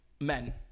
men